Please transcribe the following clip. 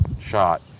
shot